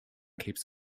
keeps